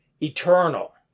eternal